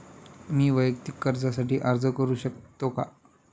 मी वैयक्तिक कर्जासाठी अर्ज करू शकतो का?